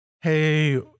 hey